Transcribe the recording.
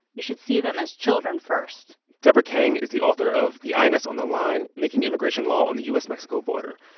we should see them as children first deborah kang is the author of the ins on the line making immigration law in the u s mexico border.